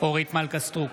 אורית מלכה סטרוק,